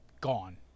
gone